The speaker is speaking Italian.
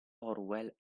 orwell